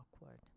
awkward